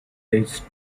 leeds